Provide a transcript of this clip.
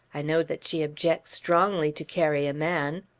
i know that she objects strongly to carry a man.